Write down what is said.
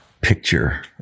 picture